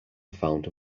found